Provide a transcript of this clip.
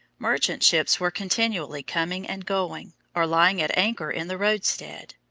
merchant ships were continually coming and going, or lying at anchor in the roadstead.